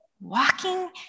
walking